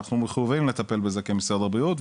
אנחנו מחויבים לטפל בזה כמשרד הבריאות,